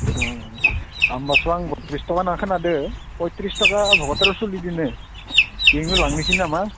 औ दामबास' आं बयथ्रिस थाखा होननाय खोनादो बयथ्रिस थाखा भगतपारायाव सोलिदोंनो बेनिफ्राय लांनोसै नामा